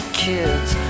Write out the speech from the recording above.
kids